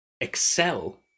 excel